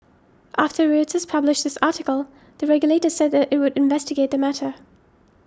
after Reuters published this article the regulator said that it would investigate the matter